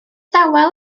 dawel